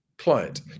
client